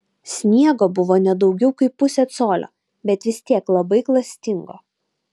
sniego buvo ne daugiau kaip pusė colio bet vis tiek labai klastingo